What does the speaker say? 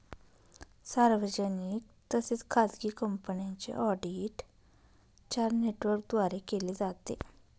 सार्वजनिक तसेच खाजगी कंपन्यांचे ऑडिट चार नेटवर्कद्वारे केले जाते